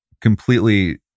completely